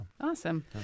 Awesome